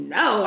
no